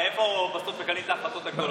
הרי איפה בסוף מקבלים את ההחלטות הגדולות?